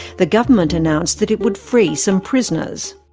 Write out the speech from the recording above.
the government announced that it would free some prisoners.